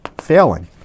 failing